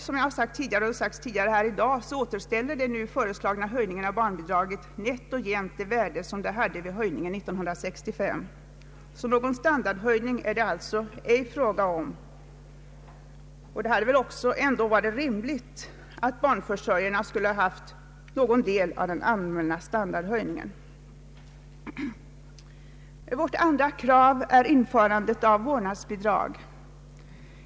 Som sagts tidigare här i dag återställer de nu föreslagna höjningarna av barnbidraget nätt och jämt det värde som det hade vid höjningen 1965. Någon standardhöjning är det alltså ej fråga om, Det hade väl ändå varit rimligt att ge även barnförsörjarna någon del av den allmänna standardhöjningen. Vårt andra krav gäller införandet av vårdnadsbidrag.